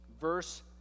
Verse